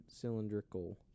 Cylindrical